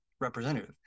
representative